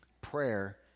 Prayer